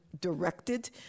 directed